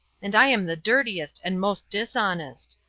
and i am the dirtiest and most dishonest.